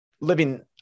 living